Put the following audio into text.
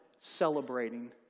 celebrating